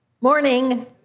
Morning